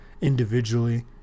individually